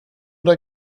der